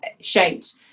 shaped